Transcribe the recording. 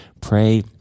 pray